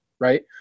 right